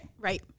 Right